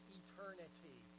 eternity